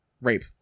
Rape